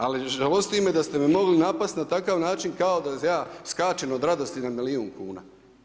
Ali žalosti me da ste me mogli napasti na takav način kao da ja skačem od radosti nad milijun kuna.